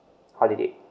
holiday